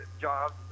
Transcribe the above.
jobs